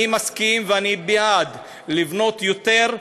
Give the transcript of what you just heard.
אני מסכים ואני בעד לבנות יותר,